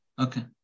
Okay